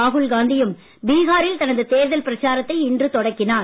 ராகுல் காந்தியும் பீஹாரில் தனது தேர்தல் பிரச்சாரத்தை இன்று தொடங்கினார்